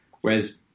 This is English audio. whereas